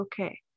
okay